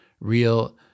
real